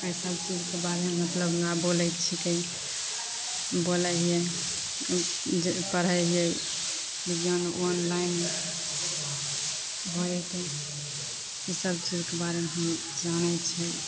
एहि सब चीजके बारेमे मतलब हमरा बोलैके छिकै बोलै हियै जे पढ़ैत हियै बिज्ञान ऑनलाइन होइके ईसब चीजके बारेमे हम जानैत छियै